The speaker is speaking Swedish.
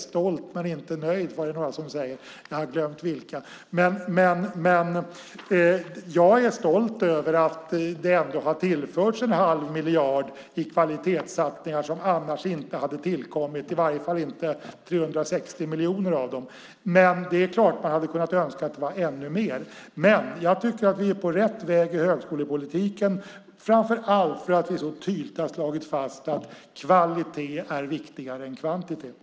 Stolt men inte nöjd var det några som sade; jag har glömt vilka det var. Jag är stolt över att det tillförts 1⁄2 miljard i kvalitetssatsningar, pengar som annars inte hade tillkommit, i varje fall inte 360 miljoner av dem. Man hade naturligtvis kunnat önska att det varit ännu mer. Jag tycker dock att vi är på rätt väg inom högskolepolitiken, framför allt för att vi tydligt slagit fast att kvalitet är viktigare än kvantitet.